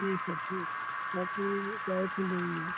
ठीक है ठीक बाकी